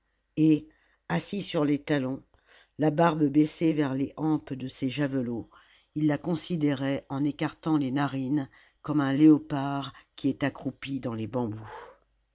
et assis sur les talons la barbe baissée vers les hampes de ses javelots il la considérait en écartant les narines comme un léopard qui est accroupi dans les bambous